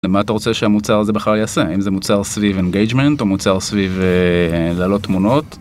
מה אתה רוצה שהמוצר הזה בכלל יעשה אם זה מוצר סביב אינגייג'מנט או זה מוצר סביב להעלות תמונות.